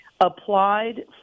applied